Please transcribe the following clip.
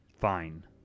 Fine